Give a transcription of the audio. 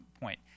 point